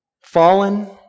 Fallen